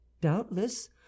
Doubtless